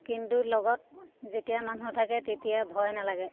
কিন্তু লগত যেতিয়া মানুহ থাকে তেতিয়া ভয় নালাগে